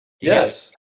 Yes